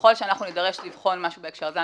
ככל שאנחנו נידרש לבחון משהו בהקשר הזה,